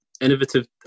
innovative